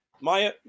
Maya